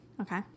Okay